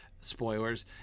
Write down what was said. spoilers